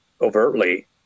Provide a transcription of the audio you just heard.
overtly